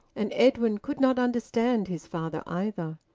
and edwin could not understand his father either.